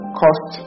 cost